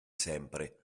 sempre